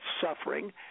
suffering